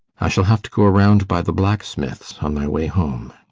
i shall have to go around by the blacksmith's on my way home.